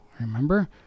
Remember